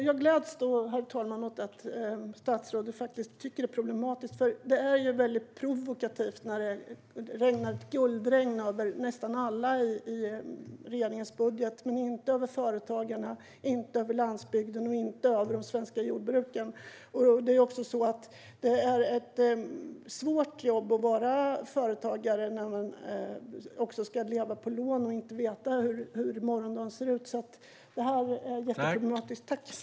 Herr talman! Jag gläds åt att statsrådet faktiskt tycker att detta är problematiskt, för det är väldigt provokativt när det regnar guld över nästan alla i regeringens budget men inte över företagarna, inte över landsbygden och inte över de svenska jordbruken. Det är svårt att vara företagare när man ska leva på lån och inte veta hur morgondagen ser ut, så detta är jätteproblematiskt.